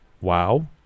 Wow